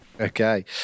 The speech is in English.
Okay